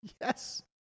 Yes